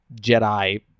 Jedi